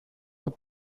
του